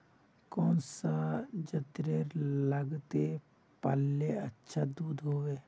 कौन सा जतेर लगते पाल्ले अच्छा दूध होवे?